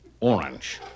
Orange